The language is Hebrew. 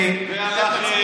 אחמד טיבי.